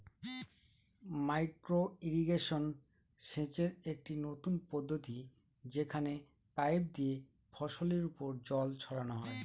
micro irrigation সেচের একটি নতুন পদ্ধতি যেখানে পাইপ দিয়ে ফসলের ওপর জল ছড়ানো হয়